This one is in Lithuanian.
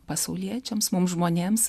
pasauliečiams mum žmonėms